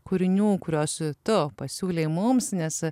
kūrinių kuriuos tu pasiūlei mums nes